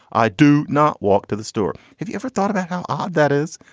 i do not walk to the store. have you ever thought about how odd that is?